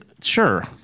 sure